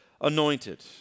anointed